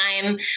time